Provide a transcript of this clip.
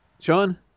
Sean